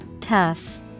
Tough